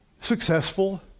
successful